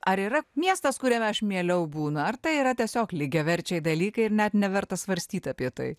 ar yra miestas kuriame aš mieliau būnu ar tai yra tiesiog lygiaverčiai dalykai ir net neverta svarstyti apie tai